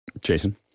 Jason